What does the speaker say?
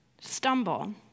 stumble